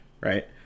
right